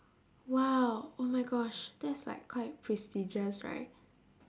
!wow! oh my gosh that's like quite prestigious right